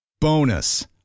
Bonus